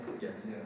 Yes